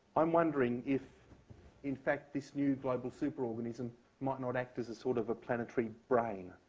i'm wondering if in fact this new global superorganism might not act as a sort of a planetary brain,